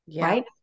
right